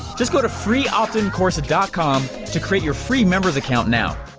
just go to freeoptincourse dot com to create your free members account now.